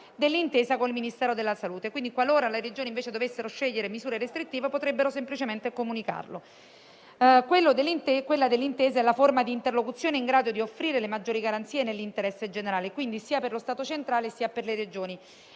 dell'intesa con il Ministero della salute; pertanto, qualora le Regioni dovessero invece scegliere misure restrittive, potrebbero semplicemente comunicarlo. Quella dell'intesa è la forma di interlocuzione in grado di offrire le maggiori garanzie nell'interesse generale, quindi sia per lo Stato centrale sia per le Regioni,